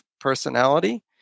personality